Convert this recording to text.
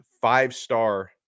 five-star